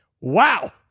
Wow